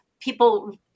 People